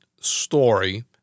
story